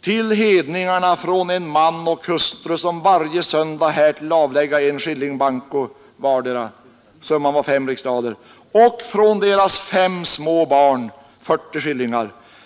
Till Hedningarne från en Man och Hustru, som hwarje Söndag härtill aflägga 1 skilling Banco hwardera ———”— summan var fem riksdaler — ”och från deras 5 små Barn 40 skillingar ———”.